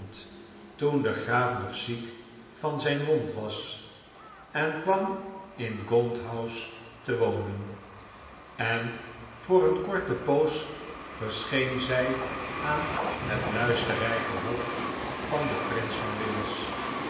toen de graaf nog ziek van zijn wond was en kwam in gaunt house te wonen en voor een korte poos verscheen zij aan het luisterrijke hof van den prins van wales